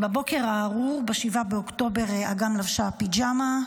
בבוקר הארור ב-7 באוקטובר אגם לבשה פיג'מה,